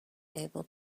able